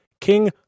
king